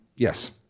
Yes